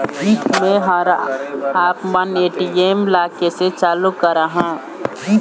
मैं हर आपमन ए.टी.एम ला कैसे चालू कराहां?